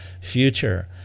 future